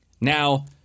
Now